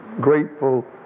grateful